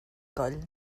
coll